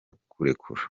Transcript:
kurekura